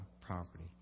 property